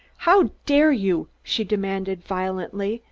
how dare you? she demanded violently.